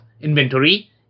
inventory